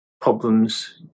problems